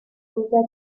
dedicating